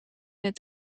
het